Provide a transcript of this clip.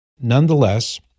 Nonetheless